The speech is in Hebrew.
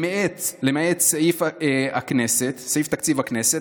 למעט סעיף תקציב הכנסת,